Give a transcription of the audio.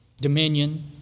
dominion